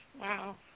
Wow